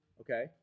Okay